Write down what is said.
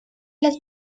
las